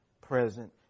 present